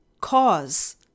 cause